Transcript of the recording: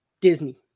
Disney